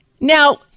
Now